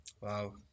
Wow